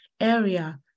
area